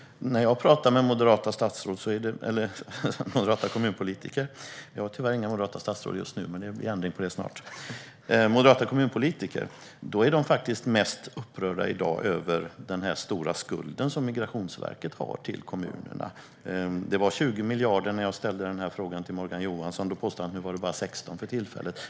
När jag talar med moderata kommunpolitiker är de mest upprörda över den stora skuld som Migrationsverket har till kommunerna. Det var 20 miljarder när jag ställde den här frågan till Morgan Johansson, och då påstod han att det för tillfället var bara 16 miljarder.